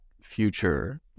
future